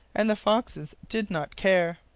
and the foxes did not care.